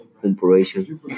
Corporation